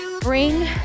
bring